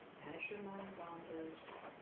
as your mind wanders,